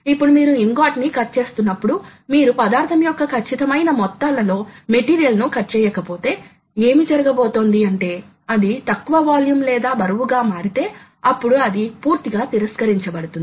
కాబట్టి ఈ కారణం గా సాధనం కదులుతున్నప్పుడు టూల్ టిప్ యొక్క కొంత తార్కిక కేంద్రాని కి మరియు అది తాకి ఉన్న వాస్తవ బిందువు కు మధ్య కొంత దూరం ఉంటుంది మరియు ఇది తాకి ఉండడం మాత్రమే కాకుండా క్రమంగా అరిగి పోతుంది